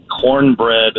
cornbread